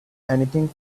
anything